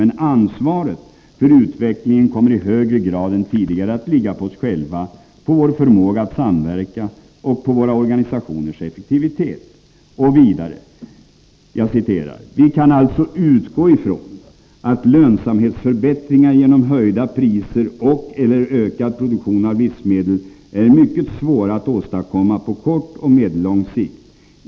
Men ansvaret för utvecklingen kommer i högre grad än tidigare att ligga på oss själva, på vår förmåga att samverka och på våra organisationers effektivitet.” Och vidare: ”Vi kan alltså utgå ifrån att lönsamhetsförbättringar genom höjda priser och/eller ökad produktion av livsmedel är mycket svåra att åstadkomma på kort och medellång sikt.